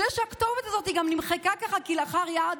זה שהכתובת הזו גם נמחקה ככה כלאחר יד,